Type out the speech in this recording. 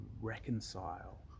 reconcile